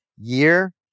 year